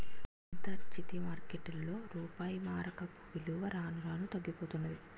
అంతర్జాతీయ మార్కెట్లో రూపాయి మారకపు విలువ రాను రానూ తగ్గిపోతన్నాది